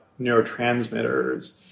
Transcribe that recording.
neurotransmitters